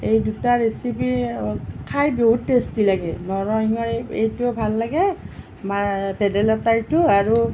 এই দুটাৰ ৰেচিপি খাই বহুত টেষ্টি লাগে নৰসিংহৰ এই এইটো ভাল লাগে আমাৰ ভেদাইলতাৰ এইটো আৰু